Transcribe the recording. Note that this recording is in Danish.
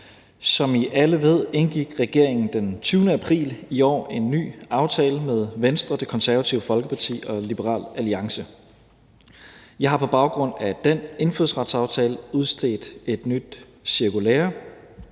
Som I alle ved, indgik regeringen den 20. april i år en ny aftale med Venstre, Det Konservative Folkeparti og Liberal Alliance. Jeg har på baggrund af den indfødsretsaftale udstedt et nyt cirkulære,